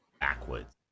backwards